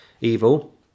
evil